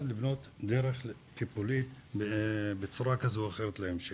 לבנות דרך לטיפול בצורה כזו או אחרת להמשך.